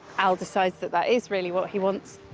al decides that that is really what he wants.